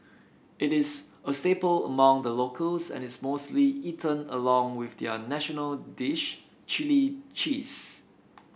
it is a staple among the locals and is mostly eaten along with their national dish chilli cheese